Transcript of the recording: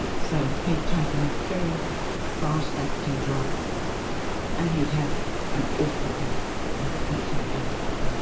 so he'd taken a very fast-acting drug and he'd had an awful death, an absolutely awful death,